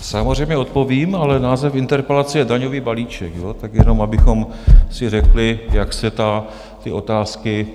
Samozřejmě odpovím, ale název interpelace je daňový balíček, tak jenom abychom si řekli, jak se ty otázky...